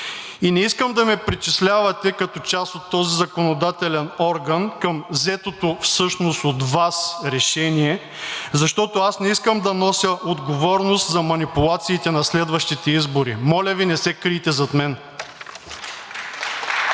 И не искам да ме причислявате като част от този законодателен орган, към взетото всъщност от Вас решение, защото аз не искам да нося отговорност за манипулациите на следващите избори. Моля Ви, не се крийте зад мен.